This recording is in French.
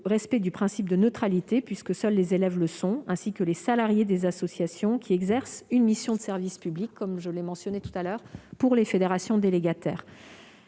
respect du principe de neutralité, puisque seuls les élèves le sont, ainsi que les salariés des associations qui exercent une mission de service public pour les fédérations délégataires.